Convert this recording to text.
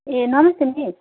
ए नमस्ते मिस